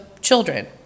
children